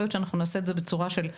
יכול להיות שנעשה את זה בצורה של דוגמאות,